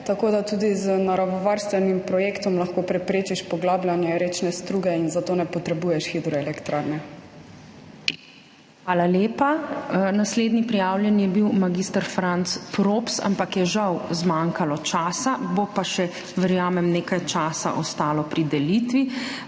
Tako da tudi z naravovarstvenim projektom lahko preprečiš poglabljanje rečne struge in za to ne potrebuješ hidroelektrarne. PREDSEDNICA MAG. URŠKA KLAKOČAR ZUPANČIČ: Hvala lepa. Naslednji prijavljeni je bil mag. Franc Props, ampak je žal zmanjkalo časa. Bo pa še, verjamem, nekaj časa ostalo pri delitvi.